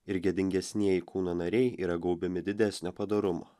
ir gėdingesnieji kūno nariai yra gaubiami didesnio padorumo